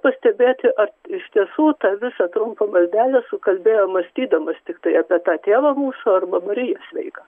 pastebėti ar iš tiesų tą visą trumpą maldelę sukalbėjo mąstydamas tiktai apie tą tėvą mūsų arba mariją sveiką